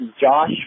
Josh